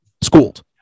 Schooled